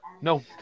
No